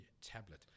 tablet